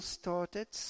started